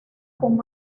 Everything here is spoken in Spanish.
con